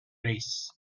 race